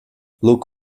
look